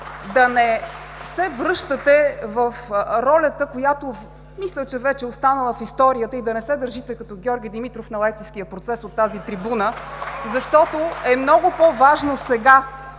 да не се връщате в ролята, която, мисля, че вече е останала в историята, и да не се държите като Георги Димитров на Лайпцигския процес от тази трибуна (реплики: „Браво!“